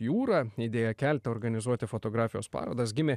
jūra idėja kelte organizuoti fotografijos parodas gimė